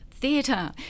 Theatre